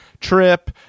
trip